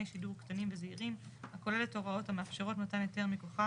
שידור קטנים וזעירים הכוללת הוראות המאפשרות מתן היתר מכוחה